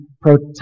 protect